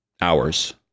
hours